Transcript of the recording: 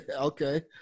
Okay